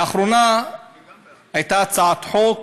לאחרונה הייתה הצעת חוק